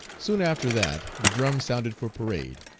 soon after that the drum sounded for parade,